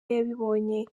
yabibonye